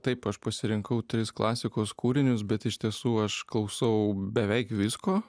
taip aš pasirinkau tris klasikos kūrinius bet iš tiesų aš klausau beveik visko